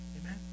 Amen